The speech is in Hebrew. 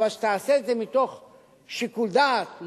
אבל שתעשה את זה מתוך שיקול דעת,